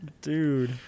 dude